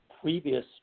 previous